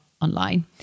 online